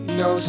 no